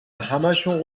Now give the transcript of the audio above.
همهشون